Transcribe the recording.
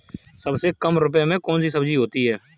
सबसे कम रुपये में कौन सी सब्जी होती है?